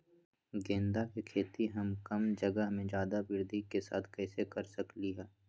गेंदा के खेती हम कम जगह में ज्यादा वृद्धि के साथ कैसे कर सकली ह?